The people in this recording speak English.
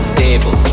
table